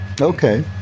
okay